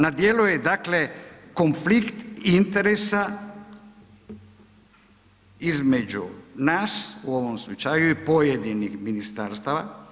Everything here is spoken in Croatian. Na dijelu je dakle konflikt interesa između nas u ovom slučaju i pojedinih ministarstava.